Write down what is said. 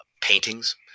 paintings